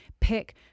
pick